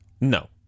no